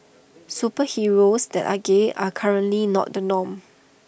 superheroes that are gay are currently not the norm